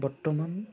বৰ্তমান